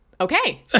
okay